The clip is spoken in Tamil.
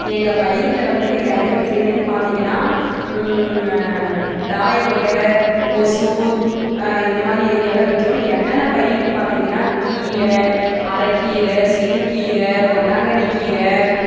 எங்கள் பயிர்களை வந்து எங்கள் விற்கிறீங்கன்னு பார்த்தீங்கன்னா தாயகோட்டை ஒசூர் இந்த மாதிரி ஏரியாவில் விற்கிறோம் என்னென்னா பயிர்னு பார்த்தீங்கன்னா கீரை அரக்கீரை சிறுகீரை பொன்னாங்கண்ணி கீரை